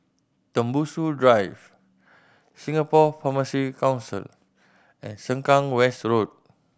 Tembusu Drive Singapore Pharmacy Council and Sengkang West Road